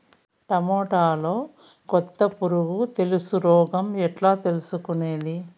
టమోటాలో కొత్త పులుగు తెలుసు రోగం ఎట్లా తెలుసుకునేది?